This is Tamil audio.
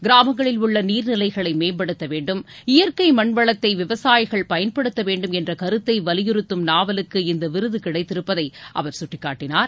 கிராமங்களில் உள்ள நீர்நிலைகளை மேம்படுத்த வேண்டும் இயற்கை மண்வளத்தை விவசாயகள் பயன்படுத்த வேண்டும் என்ற கருத்தை வலியுறுத்தும் நாவலுக்கு இந்த விருது கிடைத்திருப்பதை அவர் சுட்டிக்காட்டனார்